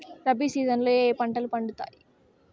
rabi season లో ఏ ఏ పంటలు పండుతాయి